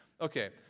Okay